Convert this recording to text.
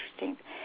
interesting